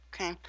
Okay